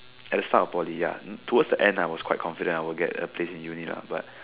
at the start of Poly ya towards the end I was quite confident I'll get a place in uni lah but